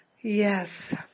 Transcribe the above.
Yes